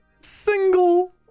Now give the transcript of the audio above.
single